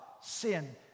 sin